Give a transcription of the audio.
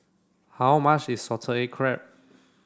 how much is Salted Egg Crab